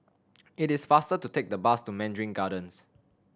it is faster to take the bus to Mandarin Gardens